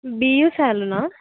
BU సెలూనా